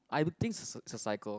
I don't think is is a cycle